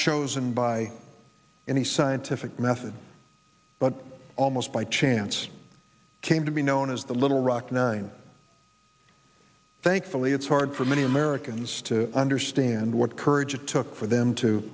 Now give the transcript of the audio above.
chosen by any scientific method but almost by chance came to be known as the little rock nine thankfully it's hard for many americans to understand what courage it took for them to